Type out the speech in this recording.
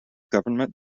government